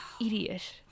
idiot